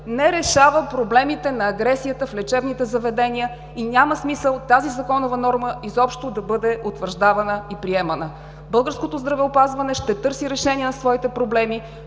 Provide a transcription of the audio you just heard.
не решава проблемите на агресията в лечебните заведения и няма смисъл от тази законова норма – изобщо да бъде утвърждавана и приемана. Българското здравеопазване ще търси решения на своите проблеми,